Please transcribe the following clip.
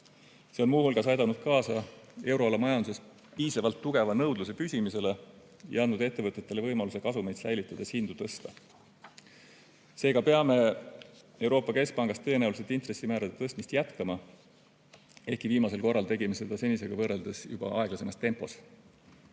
See on muu hulgas aidanud kaasa euroala majanduses piisavalt tugeva nõudluse püsimisele ja andnud ettevõtetele võimaluse kasumit säilitades hindu tõsta. Seega peame Euroopa Keskpangas tõenäoliselt intressimäärade tõstmist jätkama, ehkki viimasel korral tegime seda senisega võrreldes juba aeglasemas tempos. Kui